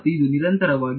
ಮತ್ತು ಇದು ನಿರಂತರವಾಗಿ